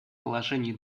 положений